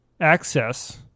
access